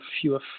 fewer